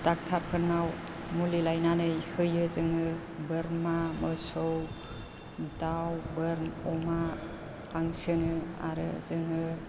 दक्ट'रफोरनाव मुलि लायनानै होयो जोङो बोरमा मोसौ दाउ अमा हांसोनो आरो जोङो